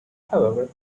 however